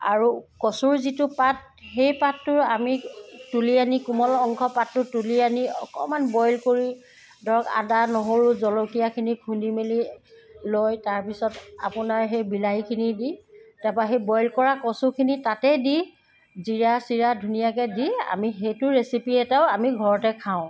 আৰু কচুৰ যিটো পাত সেই পাতটোৰ আমি তুলি আনি কোমল অংশ পাতটো তুলি আনি অকণমান বইল কৰি ধৰক আদা নহৰু জলকীয়াখিনি খুন্দি মেলি লৈ তাৰপিছত আপোনাৰ সেই বিলাহীখিনি দি তাৰপৰা সেই বইল কৰা কচুখিনি তাতেই দি জীৰা চিৰা ধুনীয়াকৈ দি আমি সেইটো ৰেচিপি এটাও আমি ঘৰতে খাওঁ